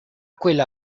quello